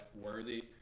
worthy